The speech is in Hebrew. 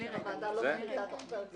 אם הוועדה לא התכנסה בתוך פרק זמן מסוים.